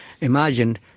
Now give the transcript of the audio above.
imagined